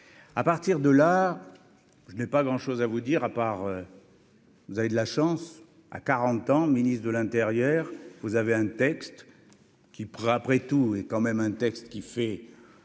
à partir de là, je n'ai pas grand chose à vous dire à part. Vous avez de la chance, à 40 ans ministre de l'Intérieur, vous avez un texte qui pourra, après tout, est quand même un texte qui fait